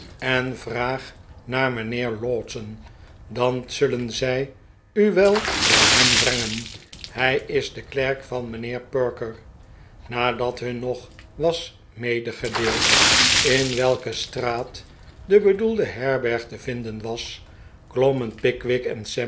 en vraag naar mijnheer lowten dan zullen zij u wel bij hem brengen hij is de klerk van mijnheer perker nadat hun nog was medegedeeld in welke straat de bedoelde herberg te vinden was klommen pickwick